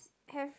have